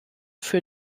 für